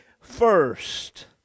first